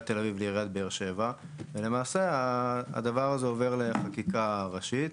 תל אביב לעיריית באר שבע ולמעשה הדבר הזה עובר לחקיקה ראשית.